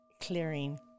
Clearing